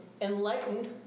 enlightened